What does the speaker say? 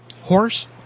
Horse